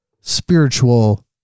spiritual